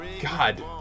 God